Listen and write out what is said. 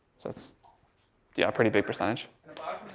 so it's. yeah a pretty big percentage.